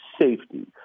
safety